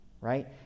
right